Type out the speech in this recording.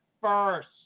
first